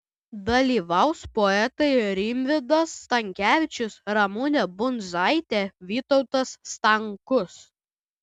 dalyvaus poetai rimvydas stankevičius ramunė brundzaitė vytautas stankus